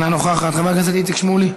אינה נוכחת, חבר הכנסת איציק שמולי,